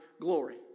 glory